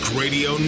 radio